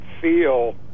feel